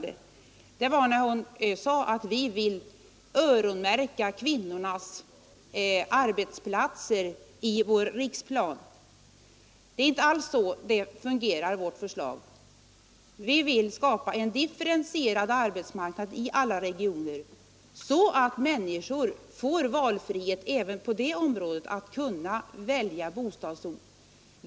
Hon sade att vi i vår riksplan vill öronmärka kvinnornas arbetsplatser. Det är inte alls så vårt förslag fungerar. Vi vill skapa en differentierad arbetsmarknad i alla regioner, så att människorna får valfrihet även i fråga om bostadsort.